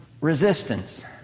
Resistance